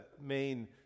main